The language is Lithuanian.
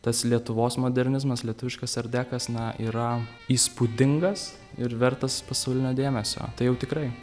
tas lietuvos modernizmas lietuviškas art dekas na yra įspūdingas ir vertas pasaulinio dėmesio tai jau tikrai